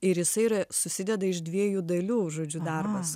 ir jisai yra susideda iš dviejų dalių žodžiu darbas